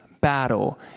battle